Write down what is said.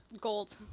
gold